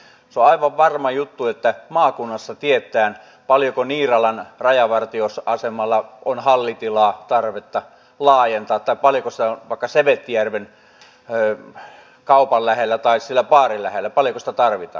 se on aivan varma juttu että maakunnassa tiedetään paljonko niiralan rajavartioasemalla on hallitilaa tarvetta laajentaa tai paljonko sitä vaikka sevettijärven kaupan lähellä tai siellä baarin lähellä tarvitaan